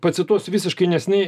pacituosiu visiškai neseniai